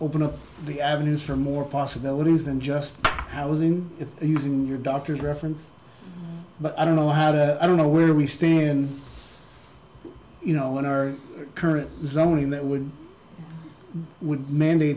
open up the avenues for more possibilities than just i was in if using your doctor's reference but i don't know how to i don't know where we stand you know in our current zoning that would would ma